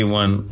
one